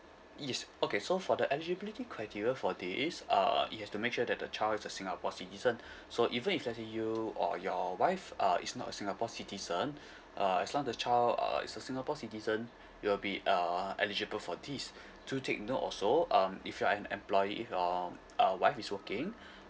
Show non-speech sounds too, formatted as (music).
yes okay so for the eligibility criteria for this uh it has to make sure that the child is a singapore citizen (breath) so even if let's say you or your wife uh is not a singapore citizen (breath) uh as long the child uh is a singapore citizen you'll be uh eligible for this do take note also um if you're an employee if your uh wife is working (breath)